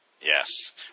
Yes